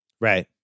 Right